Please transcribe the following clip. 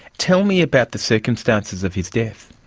tell me about the circumstances of his death.